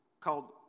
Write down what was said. called